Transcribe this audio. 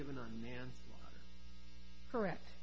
given on the correct